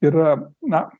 yra na